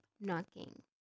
knocking